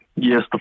Yes